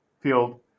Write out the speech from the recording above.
Field